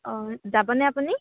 অঁ যাবনে আপুনি